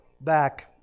back